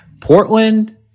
Portland